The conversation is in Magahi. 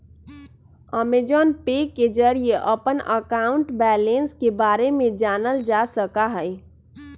अमेजॉन पे के जरिए अपन अकाउंट बैलेंस के बारे में जानल जा सका हई